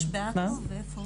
יש בעכו.